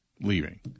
leaving